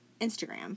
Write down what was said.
Instagram